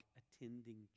attending